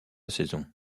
saison